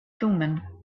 thummim